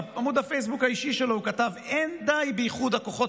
בעמוד הפייסבוק האישי שלו הוא כתב: אין די באיחוד הכוחות